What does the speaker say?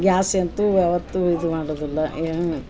gas ಎಂತು ಯಾವತ್ತು ಇದು ಮಾಡುದಿಲ್ಲ ಏ